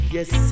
Yes